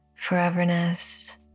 foreverness